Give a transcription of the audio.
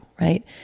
right